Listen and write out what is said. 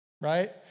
right